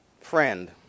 friend